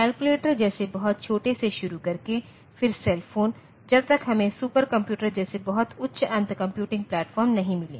calculator जैसे बहुत छोटे से शुरू करके फिर सेल फोन जब तक हमें सुपर कंप्यूटर जैसे बहुत उच्च अंत कंप्यूटिंग प्लेटफ़ॉर्म नहीं मिले